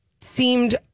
seemed